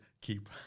keep